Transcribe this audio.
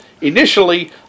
initially